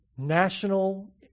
National